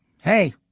hey